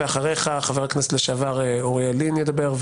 ואחריך חבר הכנסת לשעבר אוריאל לין ידבר,